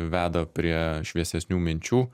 veda prie šviesesnių minčių